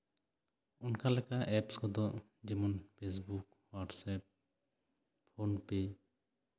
ᱚᱱᱠᱟ ᱞᱮᱠᱟ ᱮᱯᱥ ᱠᱚᱫᱚ ᱡᱮᱢᱚᱱ ᱯᱷᱮᱥᱵᱩᱠ ᱦᱳᱣᱟᱴᱥᱮᱯ ᱯᱷᱳᱱ ᱯᱮ